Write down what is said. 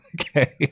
Okay